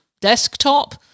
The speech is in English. desktop